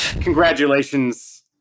Congratulations